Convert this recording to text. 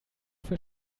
für